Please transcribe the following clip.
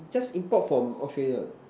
just import from Australia